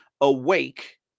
awake